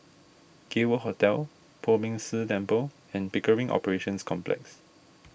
Gay World Hotel Poh Ming Tse Temple and Pickering Operations Complex